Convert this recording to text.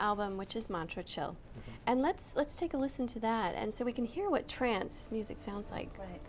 album which is montra cello and let's let's take a listen to that and so we can hear what trance music sounds like